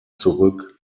zurück